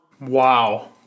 wow